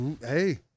Hey